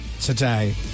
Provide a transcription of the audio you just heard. today